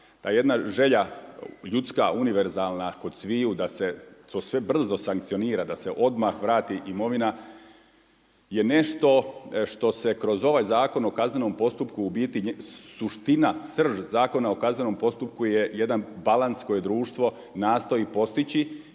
Ta jedna želja ljudska, univerzalna kod sviju da se to sve brzo sankcionira da se odmah vrati imovina je nešto što se kroz ovaj Zakon o kaznenom postupku u biti suština, srž Zakona o kaznenom postupku je jedan balans koje društvo nastoji postići